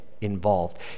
involved